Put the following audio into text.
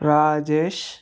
Rajesh